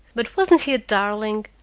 but wasn't he a darling?